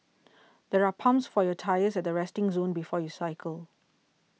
there are pumps for your tyres at the resting zone before you cycle